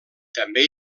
també